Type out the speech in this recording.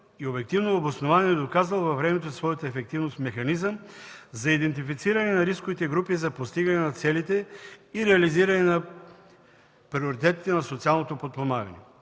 обективно обоснован и доказан във времето своята ефективност механизъм за идентифициране на рисковите групи за постигане на целите и реализиране на приоритетите на социалното подпомагане.